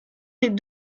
des